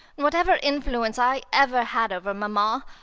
whatever influence i ever had over mamma,